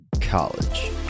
college